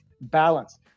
balance